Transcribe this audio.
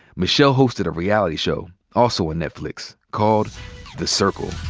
michelle hosted a reality show, also on netflix, called the circle.